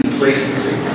Complacency